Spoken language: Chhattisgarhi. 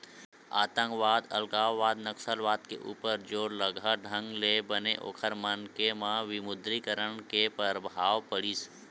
आंतकवाद, अलगावाद, नक्सलवाद के ऊपर जोरलगहा ढंग ले बने ओखर मन के म विमुद्रीकरन के परभाव पड़िस